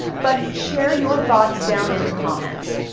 but share your thoughts down in the comments.